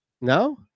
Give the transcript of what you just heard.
No